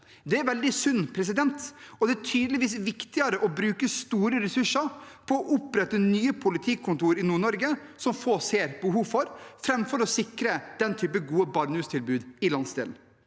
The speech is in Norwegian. Det er veldig synd. Det er tydeligvis viktigere å bruke store ressurser på å opprette nye politikontor i Nord-Norge som få ser behov for, framfor å sikre den type gode barnehustilbud i landsdelen.